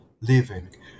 living